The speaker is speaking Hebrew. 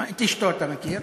את אשתו אתה מכיר.